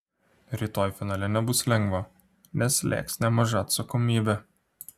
rytoj finale nebus lengva nes slėgs nemaža atsakomybė